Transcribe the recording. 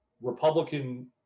Republican